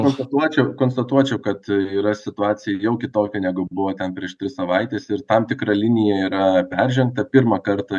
konstatuočiau konstatuočiau kad yra situacija jau kitokia negu buvo ten prieš tris savaites ir tam tikra linija yra peržengta pirmą kartą